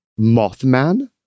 Mothman